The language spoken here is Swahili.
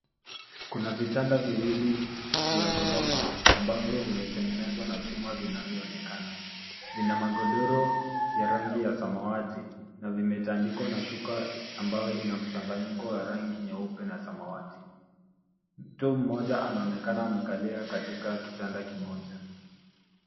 Kuna vitanda viwili vya gorofa ambavyo vimetengenezwa na chuma vinavyoonekana. Vina magodoro ya rangi ya samawati na vimetandikwa na shuka ambayo ina mchanganyiko wa rangi nyeupe na samawati. Mtu mmoja anaonekana amekalia katika kitanda kimoja.